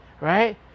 right